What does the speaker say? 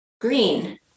green